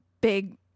big